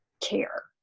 care